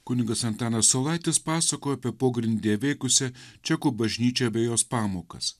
kunigas antanas saulaitis pasakojo apie pogrindyje veikusią čekų bažnyčią bei jos pamokas